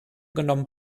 genommen